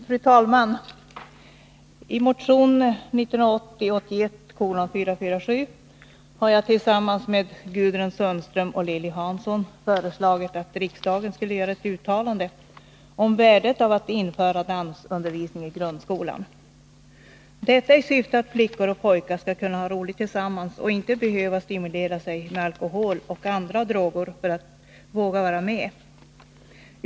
Fru talman! I motion 1980/81:447 har jag tillsammans med Gudrun Sundström och Lilly Hansson föreslagit att riksdagen skulle göra ett uttalande om värdet av att införa dansundervisning i grundskolan, detta i syfte att flickor och pojkar skall kunna ha roligt tillsammans och inte behöva stimulera sig med alkohol och andra droger för att våga vara med.